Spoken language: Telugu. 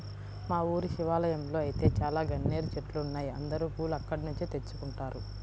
మా ఊరి శివాలయంలో ఐతే చాలా గన్నేరు చెట్లున్నాయ్, అందరూ పూలు అక్కడ్నుంచే తెచ్చుకుంటారు